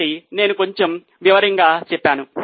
కాబట్టి నేను కొంచెం వివరంగా చెప్పాను